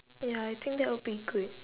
ya I think that would be good